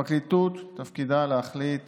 הפרקליטות תפקידה להחליט